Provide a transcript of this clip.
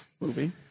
movie